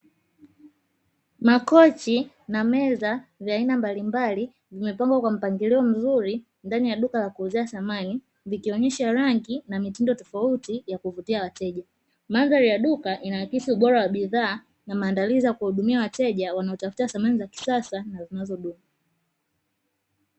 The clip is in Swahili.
Makochi na meza vya aina mbalimbali vimepangwa kwa mpangilio mzuri ndani ya duka la kuuzia samani vikionyesha rangi na mitindo tofauti ya kuvutia wateja. Mandhari ya duka inaakisi ubora wa bidhaa na maandalizi ya kuwahudumia wateja wanaotafuta samani za kisasa na zinazodumu.